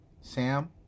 Sam